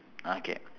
okay